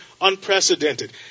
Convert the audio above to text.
unprecedented